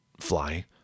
fly